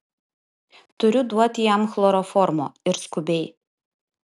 turiu duoti jam chloroformo ir skubiai